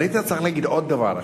אבל היית צריך להגיד עוד דבר אחד: